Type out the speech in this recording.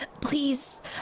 please